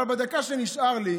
אבל בדקה שנשארה לי